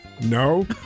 No